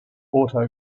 auto